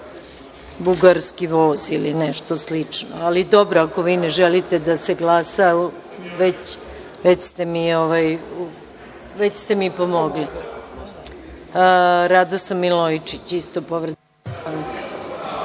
bugarski voz ili nešto slično. Ali dobro, ako vi ne želite da se glasa, već ste mi pomogli. Reč ima Radoslav Milojičić, isto povreda